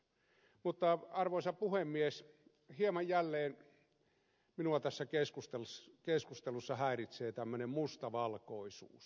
mutta arvoisa puhemies hieman minua jälleen tässä keskustelussa häiritsee tämmöinen mustavalkoisuus